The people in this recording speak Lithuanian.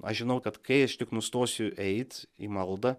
aš žinau kad kai aš tik nustosiu eit į maldą